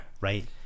Right